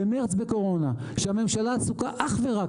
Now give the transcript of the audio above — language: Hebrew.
במרץ בקורונה כשהממשלה עסוקה אך ורק,